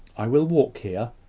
i will walk here,